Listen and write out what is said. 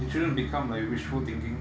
it shouldn't become like wishful thinking